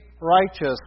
righteous